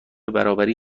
برابری